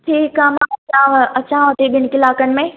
ठीकु आहे मां अचांव अचांव थी बिनि कलाकनि में